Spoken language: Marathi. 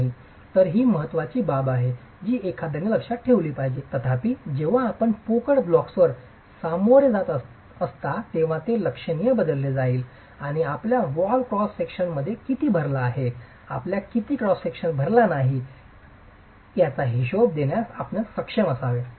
तर ही महत्त्वाची बाब आहे जी एखाद्याने लक्षात ठेवली पाहिजे तथापि जेव्हा आपण पोकळ ब्लॉक्सवर सामोरे जात असता तेव्हा ते लक्षणीय बदलले जाईल आणि आपल्या वॉल क्रॉस सेक्शनमध्ये किती भरला आहे आपला किती क्रॉस सेक्शन भरला नाही आहे याचा हिशेब देण्यास आपण सक्षम असावे ठीक आहे